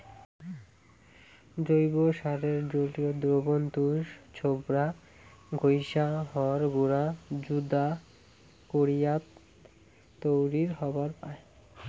জৈব সারের জলীয় দ্রবণ তুষ, ছোবড়া, ঘইষা, হড় গুঁড়া যুদা করিয়াও তৈয়ার হবার পায়